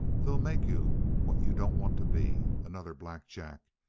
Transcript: they'll make you what you don't want to be another black jack.